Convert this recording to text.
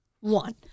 one